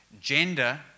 gender